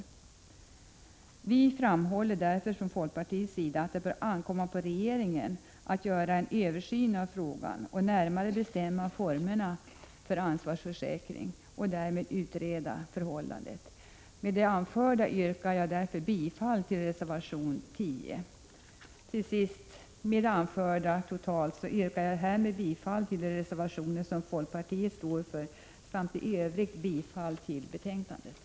Från folkpartiets sida framhåller vi därför att det bör ankomma på regeringen att göra en översyn av frågan, utreda förhållandet och närmare bestämma formerna för ansvarsförsäkring. Med det anförda yrkar jag bifall till reservation nr 10. Jag yrkar härmed bifall till de reservaitioner som folkpartiet står för samt i övrigt till utskottets hemställan.